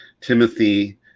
timothy